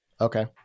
Okay